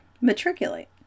matriculate